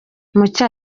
mucyo